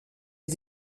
est